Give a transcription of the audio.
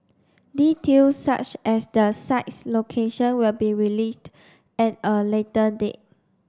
details such as the site's location will be released at a later date